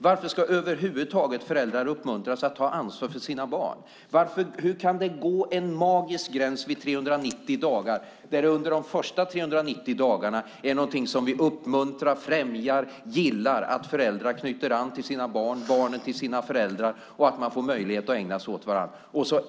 Varför ska föräldrar över huvud taget uppmuntras att ta ansvar för sina barn? Hur kan det gå en magisk gräns vid 390 dagar? Under de första 390 dagarna uppmuntrar vi, främjar och gillar att föräldrar knyter an till sina barn och barnen till sina föräldrar och får möjlighet att ägna sig åt varandra.